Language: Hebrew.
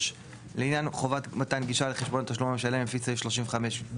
לעניין חובת מתן הגישה לחשבון התשלום למשלם לפי סעיף 35(ב),